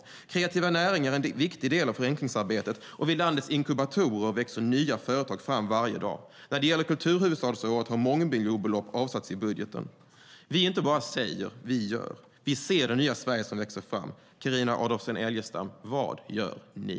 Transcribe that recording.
Kreativa näringar är en viktig del av förenklingsarbetet, och vid landets inkubatorer växer nya företag fram varje dag. När det gäller kulturhuvudstadsåret har mångmiljonbelopp avsatts i budgeten. Vi inte bara säger - vi gör! Vi ser det nya Sverige som växer fram. Carina Adolfsson Elgestam, vad gör ni?